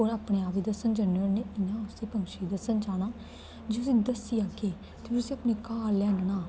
पूरा अपने आप गी दस्सन जन्ने होन्ने इ'यां उस्सी पंछी गी दस्सन जाना जिस दिन दस्सी आग्गे ते उस्सी अपने घर लेई आह्नना